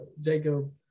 Jacob